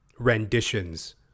renditions